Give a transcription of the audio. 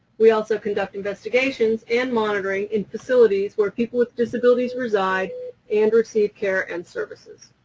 we also conduct investigations and monitoring in facilities where people with disabilities reside and receive care and services.